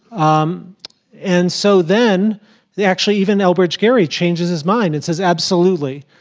um and so then they actually even elbridge gary changes his mind and says, absolutely,